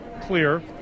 CLEAR